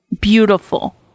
Beautiful